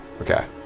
Okay